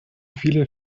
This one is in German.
viele